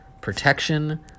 protection